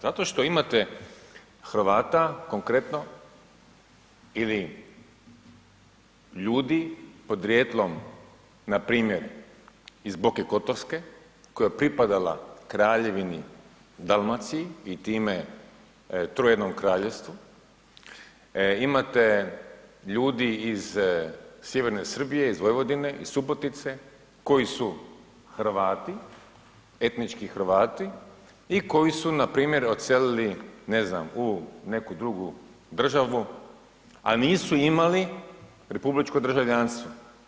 Zato što imate Hrvata konkretno ili ljudi podrijetlom npr. iz Boke Kotorske koja je pripadala Kraljevini Dalmaciji i time trojednom Kraljevstvu, imate ljudi iz sjeverne Srbije, iz Vojvodine, iz Subotice koji su Hrvati, etnički Hrvati i koji su npr. odselili ne znam u neku drugu državu, a nisu imali republičko državljanstvo.